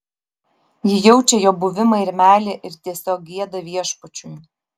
ji jaučia jo buvimą ir meilę ir tiesiog gieda viešpačiui